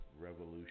revolution